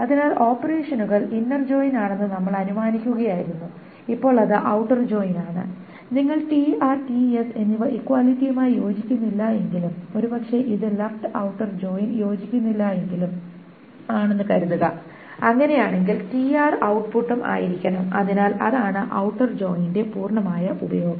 അതിനാൽ ഓപ്പറേഷനുകൾ inner join ആണെന്ന് നമ്മൾ അനുമാനിക്കുകയായിരുന്നു ഇപ്പോൾ അത് ഔട്ടർ ജോയിൻ ആണ് നിങ്ങളുടെ tr ts എന്നിവ ഇക്വാലിറ്റിയുമായി യോജിക്കുന്നില്ലെങ്കിലും ഒരുപക്ഷെ ഇത് ഒരു ലെഫ്റ് ഔട്ടർ ജോയിൻ ആണെന്ന് കരുതുക അങ്ങനെയാണെങ്കിൽ tr ഉം ഔട്ട്പുട്ട് ആയിരിക്കണം അതിനാൽ അതാണ് ഔട്ടർ ജോയിന്റെ പൂർണമായ ഉപയോഗം